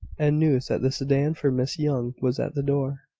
and news that the sedan for miss young was at the door.